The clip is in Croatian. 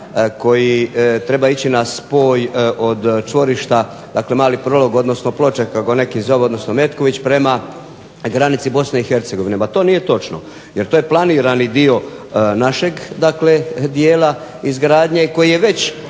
koji treba ići na spoj od čvorišta, dakle Mali prolog odnosno Ploče kako neki zovu, odnosno Metković prema granici Bosne i Hercegovine. Pa to nije točno jer to je planirani dio našeg dijela izgradnje koji je već